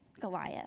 Goliath